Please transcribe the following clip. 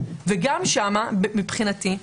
וגם שם מבחינתי,